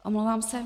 Omlouvám se.